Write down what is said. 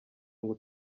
ngo